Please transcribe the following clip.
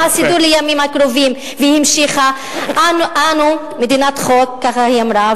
מה הסידור לימים הקרובים?" והיא המשיכה: "אנו מדינת חוק" כך היא אמרה,